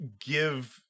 give